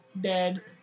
dead